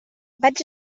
vaig